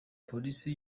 polisi